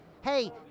Hey